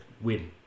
win